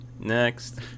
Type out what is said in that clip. Next